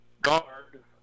guard